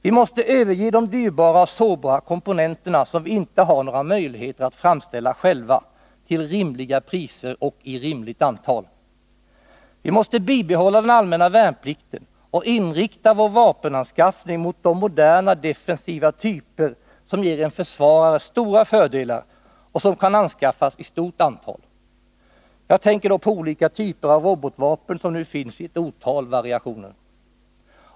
Vi måste överge de dyrbara och sårbara komponenterna, som vi inte har några möjligheter att framställa själva till rimliga priser och i rimligt antal. Vi måste bibehålla den allmänna värnplikten och inrikta vår vapenanskaffning på de moderna, defensiva typer av vapen som ger en försvarare stora fördelar och som kan anskaffas i stort antal. Jag tänker då på olika typer av robotvapen, som nu finns i ett otal variationer.